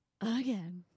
Again